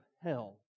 hell